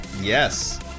Yes